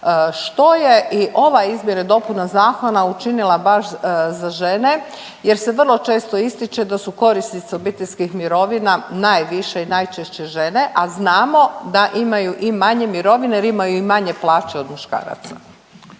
što je i ova izmjena i dopuna zakona učinila baš za žene jer se vrlo često ističe da su korisnice obiteljskih mirovina najviše i najčešće žene, a znamo da imaju i manje mirovine jer imaju i manje plaće od muškaraca.